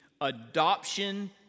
adoption